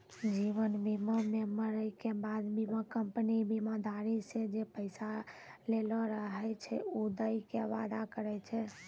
जीवन बीमा मे मरै के बाद बीमा कंपनी बीमाधारी से जे पैसा लेलो रहै छै उ दै के वादा करै छै